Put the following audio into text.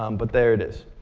um but there it is.